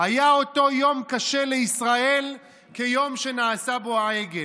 "היה אותו יום קשה לישראל כיום שנעשה בו העגל".